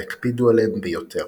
והקפידו עליהן ביותר.